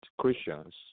Christians